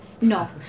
No